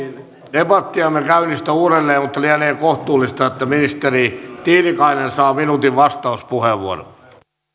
debattia emme käynnistä uudelleen mutta lienee kohtuullista että ministeri tiilikainen saa minuutin vastauspuheenvuoron arvoisa